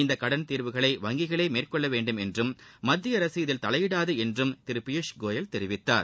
இந்த கடன் தீர்வுகளை வங்கிகளே மேற்கொள்ள வேண்டும் என்றும் மத்திய அரசு அதில் தலையீடாது என்றும் திரு பியூஷ் கோயல் தெரிவித்தார்